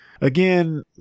Again